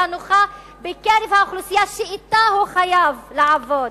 נוחה בקרב האוכלוסייה שאתה הוא חייב לעבוד.